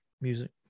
music